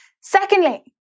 Secondly